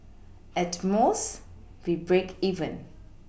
at most we break even